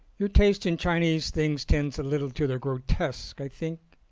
your taste in chinese things tends a little to the grotesque i think.